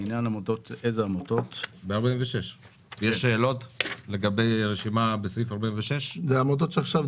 יש שאלות לגבי הרשימה בסעיף זה?